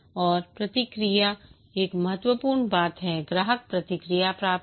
और प्रतिक्रिया एक महत्वपूर्ण बात है ग्राहक प्रतिक्रिया प्राप्त करें